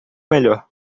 melhor